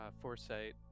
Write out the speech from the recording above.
foresight